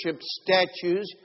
statues